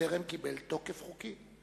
שטרם קיבל תוקף חוקי.